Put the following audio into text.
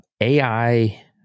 AI